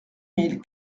mille